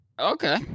Okay